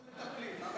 למה